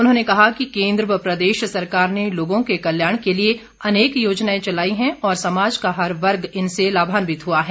उन्होंने कहा कि केंद्र व प्रदेश सरकार ने लोगों के कल्याण के लिए अनेक योजनाएं चलाई हैं और समाज का हर वर्ग इनसे लाभान्वित हुआ है